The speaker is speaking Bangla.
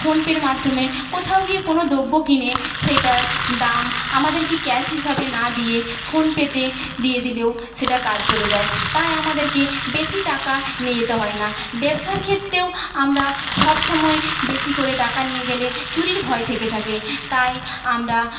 ফোন পের মাধ্যমে কোথাও গিয়ে কোন দ্রব্য কিনে সেইটার দাম আমাদেরকে ক্যাশ হিসাবে না দিয়ে ফোন পেতে দিয়ে দিলেও সেটা কাজ চলে যায় তাই আমাদেরকে বেশী টাকা নিয়ে যেতে হয় না ব্যবসার ক্ষেত্রেও আমরা সব সময় বেশী করে টাকা নিয়ে গেলে চুরির ভয় থেকে থাকে তাই আমরা